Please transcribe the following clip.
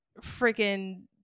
freaking